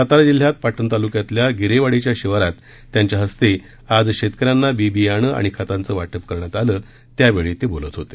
सातारा जिल्ह्यात पाटण तालुक्यातल्या गिरेवाडीच्या शिवारात त्यांच्या हस्ते आज शेतकऱ्यांना बी बियाणं आणि खतांचं वाटप करण्यात आलं त्यावेळी ते बोलत होते